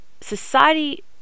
society